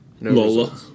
Lola